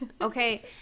Okay